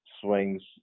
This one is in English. swings